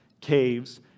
caves